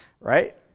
Right